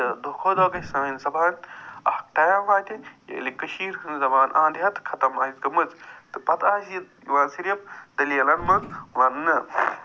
تہٕ دۄہ کھۄ دۄہ گَژھِ سٲنۍ زبان اکھ ٹایِم واتہِ ییٚلہِ کٔشیٖرِ ہٕنٛز زبان انٛد ہٮ۪تھ ختٕم آسہِ گٔمٕژ تہٕ پتہٕ آسہِ یہِ یِوان صِرف دٔلیٖلن منٛز ونٛنہٕ